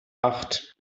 acht